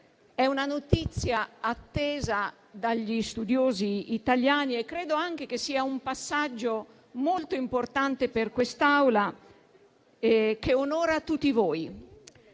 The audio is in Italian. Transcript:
È una notizia attesa dagli studiosi italiani e credo anche che sia un passaggio molto importante per quest'Assemblea che onora tutti voi;